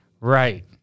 Right